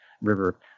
River